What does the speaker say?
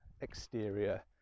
exterior